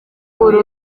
uru